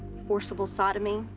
forcible sodomy,